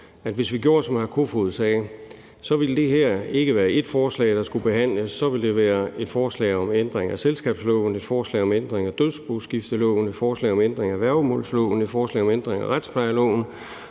hvis vi gjorde, som hr. Peter Kofod sagde, ville det her ikke være ét forslag, der skulle behandles. Så ville der være et forslag om ændring af selskabsloven, et forslag om ændring af dødsboskifteloven, et foreslag om ændring af værgemålsloven, et forslag om ændring af retsplejeloven,